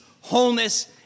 wholeness